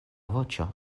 voĉo